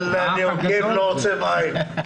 ואללה, אני עוקב, לא עוצם עין.